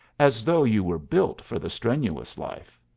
as though you were built for the strenuous life.